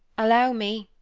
allow me.